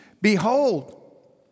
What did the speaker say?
Behold